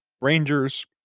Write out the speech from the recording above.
Rangers